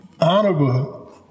Honorable